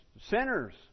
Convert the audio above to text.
sinners